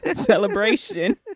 celebration